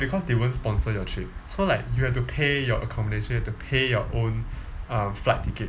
because they won't sponsor your trip so like you have to pay your accommodation you have to pay your own um flight ticket